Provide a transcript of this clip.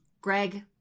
Greg